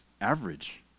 average